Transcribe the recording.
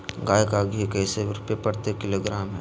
गाय का घी कैसे रुपए प्रति किलोग्राम है?